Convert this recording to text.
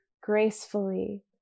gracefully